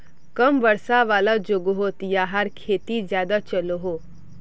कम वर्षा वाला जोगोहोत याहार खेती ज्यादा चलोहो